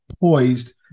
poised